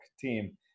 team